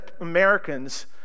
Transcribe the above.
Americans